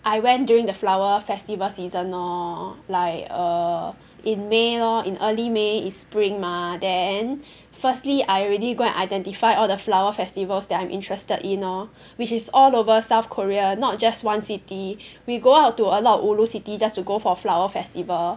I went during the flower festival season lor like err in May lor in early May is spring mah then firstly I already go and identify all the flower festivals that I'm interested in lor which is all over South Korea not just one city we go out to a lot of ulu city just to go for flower festival